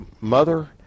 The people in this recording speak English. mother